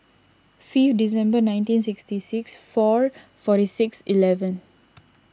fifth Dec nineteen sixty six four forty six eleven